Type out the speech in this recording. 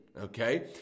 okay